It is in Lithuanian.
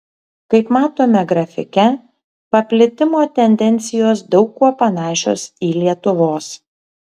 kaip matome grafike paplitimo tendencijos daug kuo panašios į lietuvos